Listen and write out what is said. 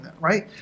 right